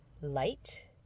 light